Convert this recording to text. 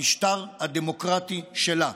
המשטר הדמוקרטי שלה.